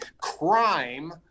crime